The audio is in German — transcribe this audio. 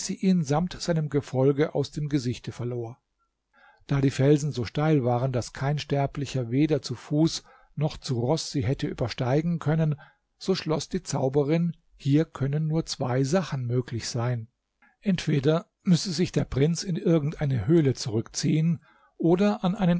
samt seinem gefolge aus dem gesichte verlor da die felsen so steil waren daß kein sterblicher weder zu fuß noch zu roß sie hätte übersteigen können so schloß die zauberin hier können nur zwei sachen möglich sein entweder müsse sich der prinz in irgend eine höhle zurückziehen oder an einen